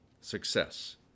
success